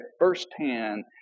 firsthand